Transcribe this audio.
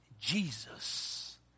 Jesus